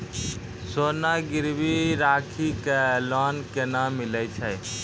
सोना गिरवी राखी कऽ लोन केना मिलै छै?